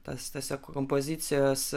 tas tiesiog kompozicijas